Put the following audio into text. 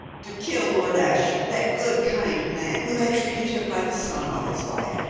to kill lord ashiel, that good, kind man who had treated him like a son all his life,